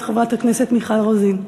את חברת הכנסת מיכל רוזין.